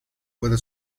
puede